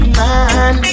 man